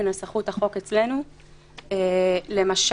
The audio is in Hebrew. הסתייגות מס' 38. מי בעד ההסתייגות?